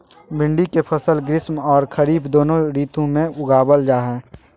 भिंडी के फसल ग्रीष्म आर खरीफ दोनों ऋतु में उगावल जा हई